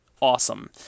Awesome